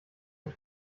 mit